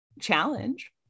challenge